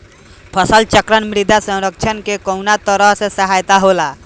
फसल चक्रण मृदा संरक्षण में कउना तरह से सहायक होला?